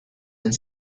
and